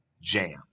jam